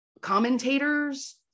commentators